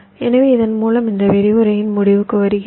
எனவே இதன் மூலம் இந்த விரிவுரையின் முடிவுக்கு வருகிறோம்